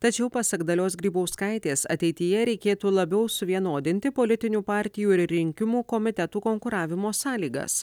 tačiau pasak dalios grybauskaitės ateityje reikėtų labiau suvienodinti politinių partijų ir rinkimų komitetų konkuravimo sąlygas